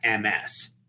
MS